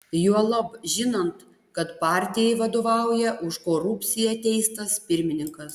juolab žinant kad partijai vadovauja už korupciją teistas pirmininkas